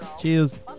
Cheers